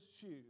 shoes